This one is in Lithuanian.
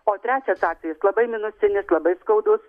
o trečias atvejis labai minusinis labai skaudus